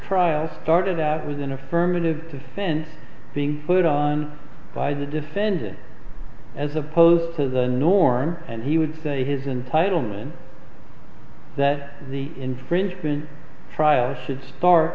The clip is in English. trial started that was an affirmative defense being put on by the defendant as opposed to the norm and he would say his entitle mmon that the infringement trial should start